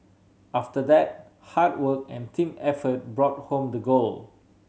after that hard work and team effort brought home the gold